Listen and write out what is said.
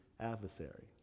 adversary